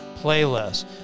playlist